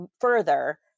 further